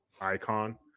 Icon